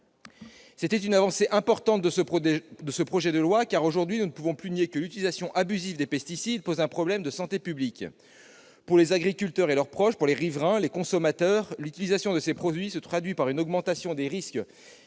marquait une avancée importante, car, aujourd'hui, nous ne pouvons plus nier que l'utilisation abusive des pesticides pose un problème de santé publique. Pour les agriculteurs et leurs proches, pour les riverains et les consommateurs, l'utilisation de ces produits se traduit par une augmentation des risques